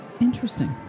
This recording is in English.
Interesting